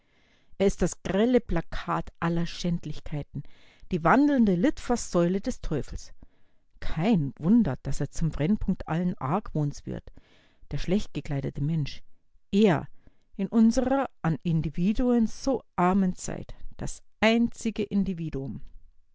ist das grelle plakat aller schändlichkeiten die wandelnde litfaßsäule des teufels kein wunder daß er zum brennpunkt allen argwohns wird der schlechtgekleidete mensch er in unserer an individuen so armen zeit das einzige individuum